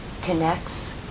connects